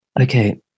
Okay